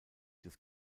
des